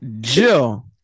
Jill